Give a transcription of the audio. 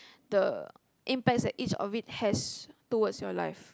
the impacts that each of it has towards your life